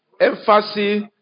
Emphasis